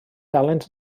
dalent